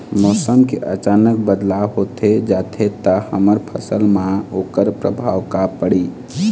मौसम के अचानक बदलाव होथे जाथे ता हमर फसल मा ओकर परभाव का पढ़ी?